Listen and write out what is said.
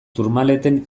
tourmaleten